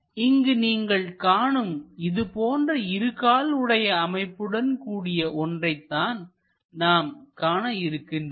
இங்கு நீங்கள் காணும் இதுபோன்ற இரு கால் உடைய அமைப்புடன் கூடிய ஒன்றை தான் நாம் காண இருக்கிறோம்